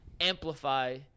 amplify